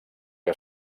que